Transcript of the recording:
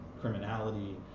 criminality